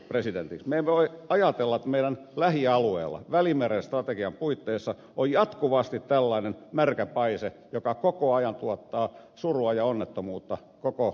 me emme voi ajatella että meidän lähialueella välimeren strategian puitteissa on jatkuvasti tällainen märkäpaise joka koko ajan tuottaa surua ja onnettomuutta koko maailmalle